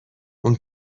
اون